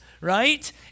right